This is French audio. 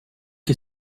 que